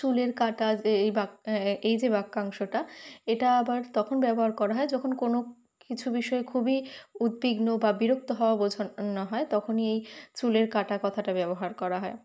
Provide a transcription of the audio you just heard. চুলের কাঁটা এএই বাক এই যে বাক্যাংশটা এটা আবার তখন ব্যবহার করা হয় যখন কোনো কিছু বিষয় খুবই উদ্বিগ্ন বা বিরক্ত হওয়া বোঝানো হয় তখনই এই চুলের কাঁটা কথাটা ব্যবহার করা হয়